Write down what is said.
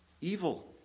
evil